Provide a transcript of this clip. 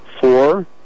four